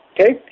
okay